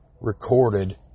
recorded